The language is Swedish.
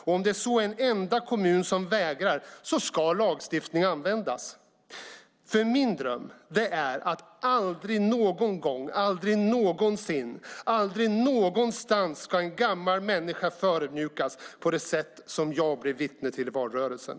Om det så är en enda kommun som vägrar ska lagstiftning användas, för min dröm är att aldrig någon gång, aldrig någonsin, aldrig någonstans ska en gammal människa förödmjukas på det sätt som jag blev vittne till i valrörelsen.